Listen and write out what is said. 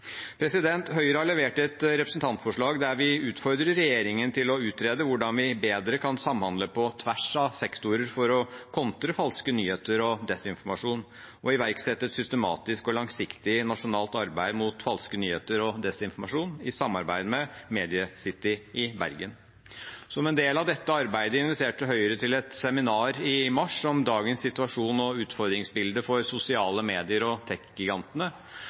Høyre har levert et representantforslag der vi utfordrer regjeringen til å utrede hvordan vi bedre kan samhandle på tvers av sektorer for å kontre falske nyheter og desinformasjon og iverksette et systematisk og langsiktig nasjonalt arbeid mot falske nyheter og desinformasjon, i samarbeid med Media City i Bergen. Som et del av dette arbeidet inviterte Høyre til et seminar i mars om dagens situasjon og utfordringsbildet for sosiale medier og tekgigantene.